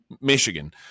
Michigan